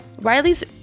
riley's